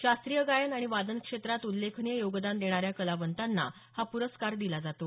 शास्त्रीय गायन आणि वादन क्षेत्रात उल्लेखनीय योगदान देणाऱ्या कलावंतांना हा प्रस्कार दिला जातो